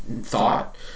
thought